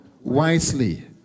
wisely